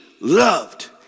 loved